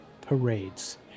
parades